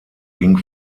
ging